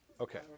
Okay